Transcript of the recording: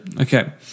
Okay